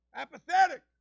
Apathetic